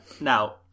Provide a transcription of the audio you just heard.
now